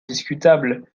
discutable